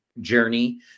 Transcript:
journey